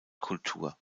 kultur